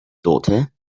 daughter